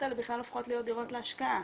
האלה בכלל הופכות להיות דירות להשקעה?